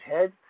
head